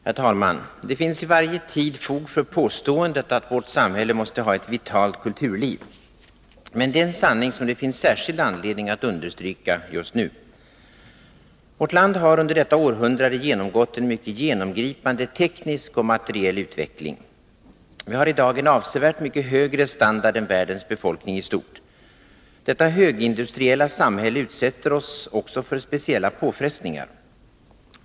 Herr talman! Det finns i varje tid fog för påståendet att vårt samhälle måste ha ett vitalt kulturliv. Men det är en sanning som det finns särskild anledning att understryka just nu. Vårt land har under detta århundrade genomgått en mycket genomgripande teknisk och materiell utveckling. Vi har i dag en avsevärt högre standard än världens befolkning i stort. Detta högindustriella samhälle utsätter oss också för speciella påfrestningar.